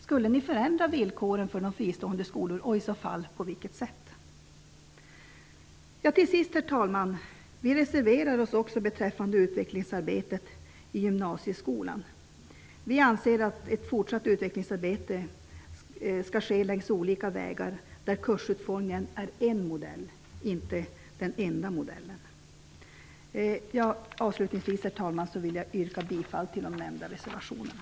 Skulle ni förändra villkoren för de fristående skolorna, och i så fall på vilket sätt? Till sist, herr talman, vill jag säga att vi också reserverar oss beträffande utvecklingsarbetet i gymnasieskolan. Vi anser att ett fortsatt utvecklingsarbete skall ske längs olika vägar, där kursutformningen är en modell och inte den enda. Avslutningsvis, herr talman, vill jag yrka bifall till de nämnda reservationerna.